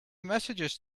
messages